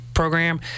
program